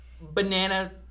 banana